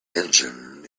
engine